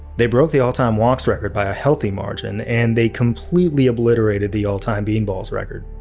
they broke the all-time walks record by a healthy margin and they completely obliterated the all-time beanballs record.